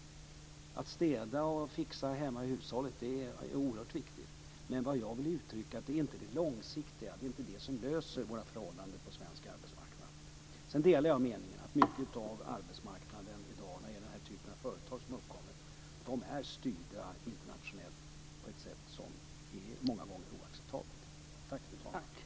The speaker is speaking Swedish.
Att städa och fixa hemma i hushållet är oerhört viktigt, men vad jag vill uttrycka är att det är inte det långsiktiga, inte det som löser problemen på svensk arbetsmarknad. Jag delar meningen när det gäller arbetsmarknaden i dag att många av den här typen av företag som har uppkommit är styrda internationellt, på ett sätt som många gånger är oacceptabelt.